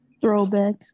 throwback